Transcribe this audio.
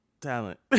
talent